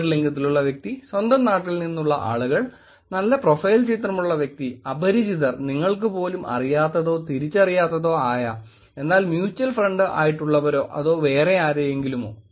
എതിർ ലിംഗത്തിലുള്ള വ്യക്തി സ്വന്തം നാട്ടിൽ നിന്നുള്ള ആളുകൾ നല്ല പ്രൊഫൈൽ ചിത്രമുള്ള വ്യക്തി അപരിചിതർ നിങ്ങൾക്ക് പോലും അറിയാത്തതോ തിരിച്ചറിയാത്തതോ ആയ എന്നാൽ മ്യുച്ചൽ ഫ്രണ്ട് ആയിട്ടുള്ളവരോ അതോ വേറെ ആരെയെങ്കിലുമോ